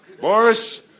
Boris